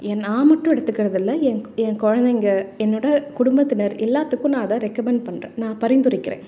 என் நான் மட்டும் எடுத்துக்கிறது இல்லை என் என் குழந்தைங்க என்னோட குடும்பத்தினர் எல்லாத்துக்கும் நான் அதை ரெக்கமெண்ட் பண்ணுறேன் நான் பரிந்துரைக்கிறேன்